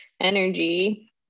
energy